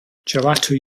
gelato